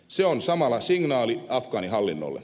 se on samalla signaali afgaanihallinnolle